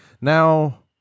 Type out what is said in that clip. Now